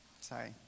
sorry